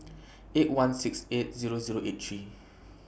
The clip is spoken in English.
eight one six eight Zero Zero eight three